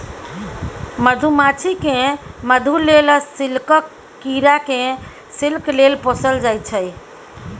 मधुमाछी केँ मधु लेल आ सिल्कक कीरा केँ सिल्क लेल पोसल जाइ छै